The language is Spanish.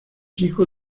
hijo